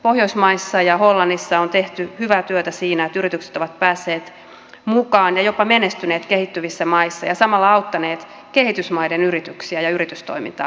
pohjoismaissa ja hollannissa on tehty hyvää työtä siinä että yritykset ovat päässeet mukaan ja jopa menestyneet kehittyvissä maissa ja samalla auttaneet kehitysmaiden yrityksiä ja yritystoimintaa kehittymään